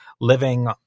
living